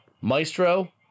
Maestro